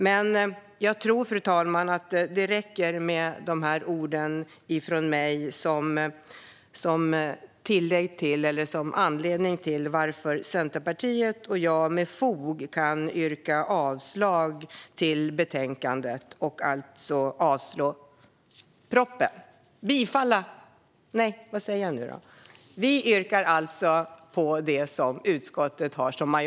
Men jag tror, fru talman, att det räcker med dessa ord från mig om varför Centerpartiet och jag med fog kan yrka bifall till utskottsmajoritetens förslag.